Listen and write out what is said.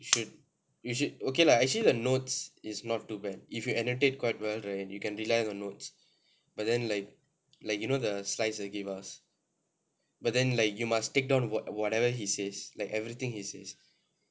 should you should okay lah actually the notes is not too bad if you annotate quite well right can rely on your notes but then like like you know the slides they give us but then like you must take down [what] whatever he says like everything he says